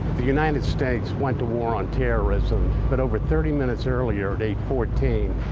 the united states went to war on terrorism, but over thirty minutes earlier, at eight fourteen,